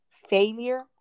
failure